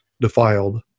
defiled